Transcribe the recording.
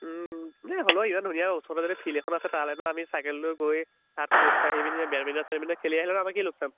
এই হ'লেও ইমান ধুনীয়া ওচৰতে যদি ফিল্ড এখন আছে তালৈনো আমি চাইকেল লৈ গৈ তাত খোজকাঢ়ি পিনি বেডমিন্টন চেডমিন্টন খেলি আহিলেনো আমাৰ কি লোকচান